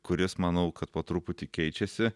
kuris manau kad po truputį keičiasi